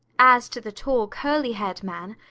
as to the tall, curly-haired man,